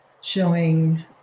showing